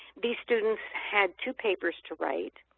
these students had two papers to write.